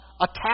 attack